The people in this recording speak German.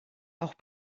auch